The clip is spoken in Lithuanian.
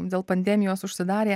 dėl pandemijos užsidarė